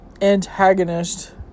antagonist